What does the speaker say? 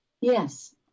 Yes